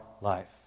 life